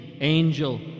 angel